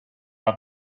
are